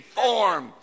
form